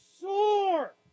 soar